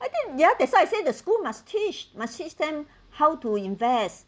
I think ya that's why I say the school must teach must teach them how to invest